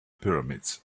pyramids